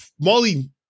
Molly